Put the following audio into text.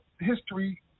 history